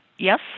Yes